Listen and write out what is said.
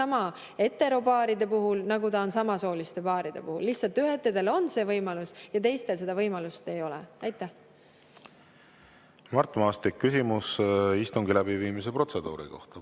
sama heteropaaride puhul, nagu ta on samasooliste paaride puhul. Lihtsalt ühtedel on see võimalus ja teistel seda võimalust ei ole. Mart Maastik, küsimus istungi läbiviimise protseduuri kohta,